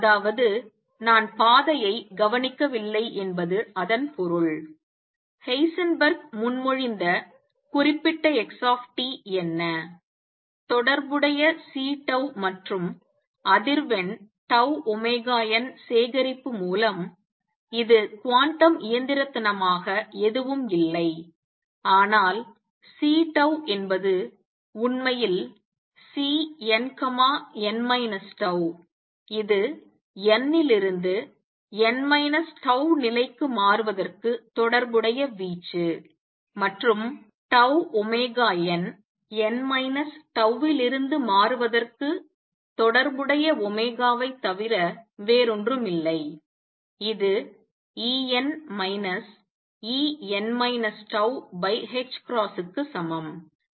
அதாவது நான் பாதையை கவனிக்கவில்லை என்பது அதன் பொருள் ஹெய்சன்பெர்க் முன்மொழிந்த குறிப்பிட்ட x என்ன தொடர்புடைய C மற்றும் அதிர்வெண் τωn சேகரிப்பு மூலம் இது குவாண்டம் இயந்திரத்தனமாக எதுவும் இல்லை ஆனால் C என்பது உண்மையில் Cnn τ இது n லிருந்து n τ நிலைக்கு மாறுவதற்கு தொடர்புடைய வீச்சு மற்றும் τωn n τ இருந்து மாறுவதற்கு தொடர்புடைய ω வை தவிர வேறொன்றுமில்லை இது En En τ ℏ க்கு சமம்